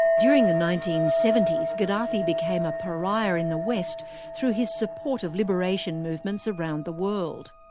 during the nineteen seventy s gaddafi became a pariah in the west through his support of liberation movements around the world.